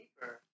deeper